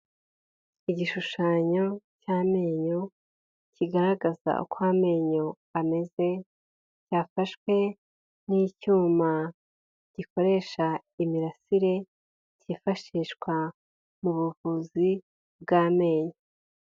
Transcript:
Igishushanyo cy'amenyo kigaragaza uko amenyo ameze, cyafashwe n'icyuma gikoresha imirasire cyifashishwa mu buvuzi bw'amenyo.